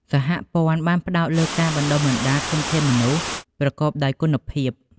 សហព័ន្ធបានផ្តោតលើការបណ្ដុះបណ្ដាលធនធានមនុស្សប្រកបដោយគុណភាពខ្ពស់។